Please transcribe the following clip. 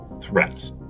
threats